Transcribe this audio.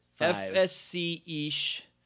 FSC-ish